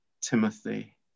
Timothy